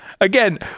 Again